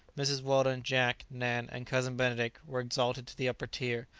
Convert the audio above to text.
mrs. weldon, jack, nan, and cousin benedict were exalted to the upper tier,